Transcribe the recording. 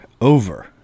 over